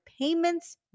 payments